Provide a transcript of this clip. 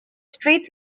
street